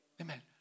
amen